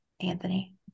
anthony